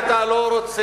מאות.